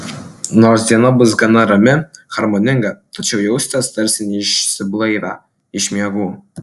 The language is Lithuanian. nors diena bus gana rami harmoninga tačiau jausitės tarsi neišsiblaivę iš miegų